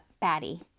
Batty